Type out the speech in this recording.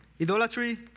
idolatry